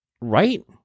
right